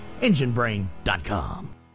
enginebrain.com